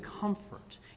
comfort